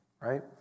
right